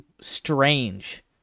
strange